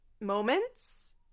moments